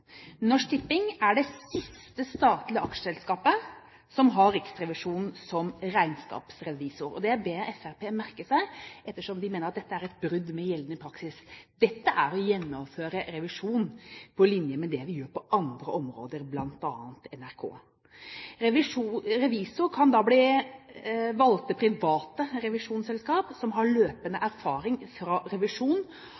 Norsk Tipping er det siste statlige aksjeselskapet som har Riksrevisjonen som regnskapsrevisor, og det ber jeg Fremskrittspartiet om å merke seg ettersom de mener at dette er et brudd med gjeldende praksis. Dette er å gjennomføre revisjon på linje med det vi gjør på andre områder, bl.a. av NRK. Revisor kan da bli valgte private revisjonsselskap som har løpende